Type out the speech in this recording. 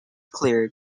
cleared